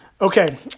Okay